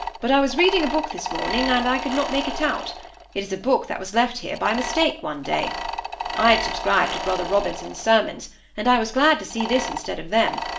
but i was reading a book this morning, and i could not make it out it is a book that was left here by mistake one day i had subscribed to brother robinson's sermons and i was glad to see this instead of them,